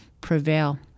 prevail